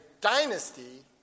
dynasty